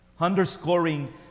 underscoring